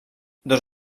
dos